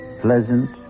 pleasant